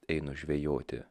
einu žvejoti